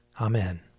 Amen